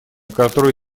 которые